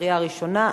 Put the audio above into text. קריאה ראשונה.